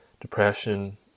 depression